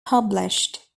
published